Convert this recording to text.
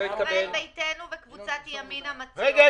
רגע.